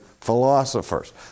philosophers